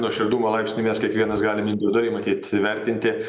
nuoširdumo laipsnį mes kiekvienas galim individualiai matyt įvertinti